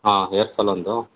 ಹಾಂ ಹೇರ್ಫಾಲ್ ಒಂದು